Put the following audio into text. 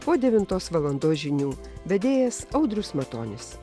po devintos valandos žinių vedėjas audrius matonis